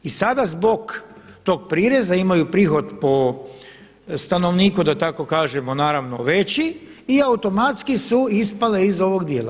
I sada zbog tog prireza imaju prihod po stanovniku, da tako kažemo naravno veći i automatski su ispale iz ovog dijela.